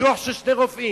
על-פי דוח של שני רופאים,